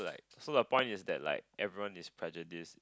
so the point is that like everyone is prejudice